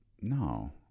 no